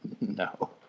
No